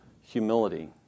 humility